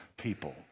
people